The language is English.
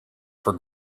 for